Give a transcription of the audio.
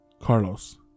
Carlos